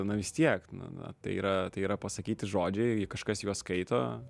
na vis tiek na na tai yra tai yra pasakyti žodžiai kažkas juos skaito